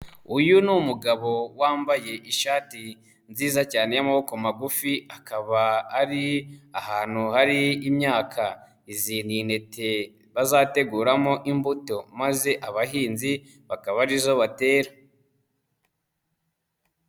Uyu ni umugabo wambaye ishati, nziza cyane y'amaboko magufi akaba ari ahantu hari imyaka. Izi ni intiti bazateguramo imbuto maze abahinzi, bakaba arizo batera.